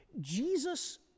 Jesus